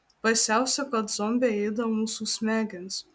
baisiausia kad zombiai ėda mūsų smegenis